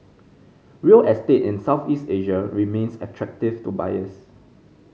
real estate in Southeast Asia remains attractive to buyers